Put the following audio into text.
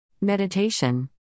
Meditation